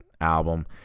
album